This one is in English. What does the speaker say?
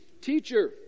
Teacher